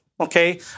okay